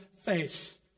face